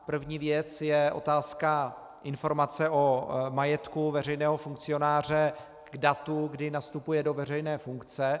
První věc je otázka informace o majetku veřejného funkcionáře k datu, kdy nastupuje do veřejné funkce.